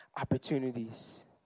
opportunities